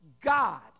God